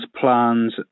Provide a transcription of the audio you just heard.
plans